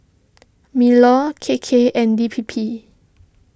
MinLaw K K and D P P